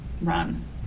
run